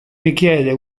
richiede